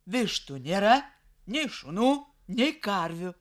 vištų nėra nei šunų nei karvių